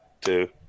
two